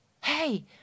Hey